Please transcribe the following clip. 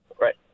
Right